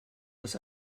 dass